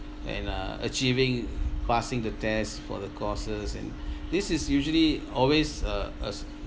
and uh achieving passing the test for the courses and this is usually always uh uh